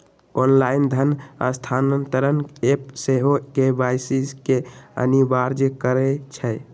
online धन स्थानान्तरण app सेहो के.वाई.सी के अनिवार्ज करइ छै